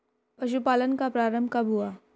पशुपालन का प्रारंभ कब हुआ?